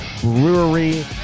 Brewery